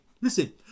listen